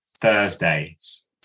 Thursdays